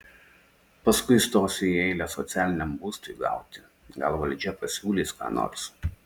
paskui stosiu į eilę socialiniam būstui gauti gal valdžia pasiūlys ką nors